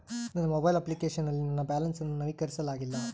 ನನ್ನ mobile application ನಲ್ಲಿ ನನ್ನ ಬ್ಯಾಲೆನ್ಸ್ ಅನ್ನು ನವೀಕರಿಸಲಾಗಿಲ್ಲ